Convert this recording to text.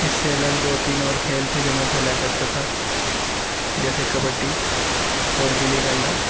اس سے الگ دو تین اور کھیل تھے جو میں کھیلا کرتا تھا جیسے کبڈی اور گلی ڈنڈا